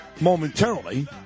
momentarily